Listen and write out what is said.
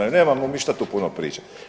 Nemamo mi šta tu puno pričati.